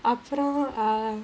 அப்பறம்:apparam